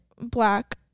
black